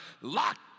locked